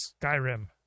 Skyrim